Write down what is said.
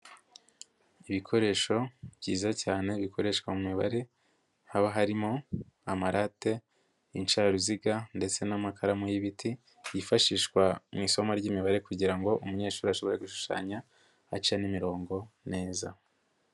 Ibikoresho byiza cyane bikoreshwa mu mibare, haba harimo amarate, inshararuziga ndetse n'amakaramu y'ibiti, yifashishwa mu isomo ry'imibare kugira ngo umunyeshuri ashobore gushushanya ace n'imirongo neza.